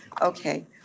Okay